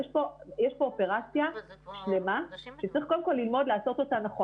יש פה אופרציה שלמה שצריך קודם כול ללמוד לעשות אותה נכון